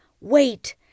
wait